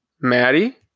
Maddie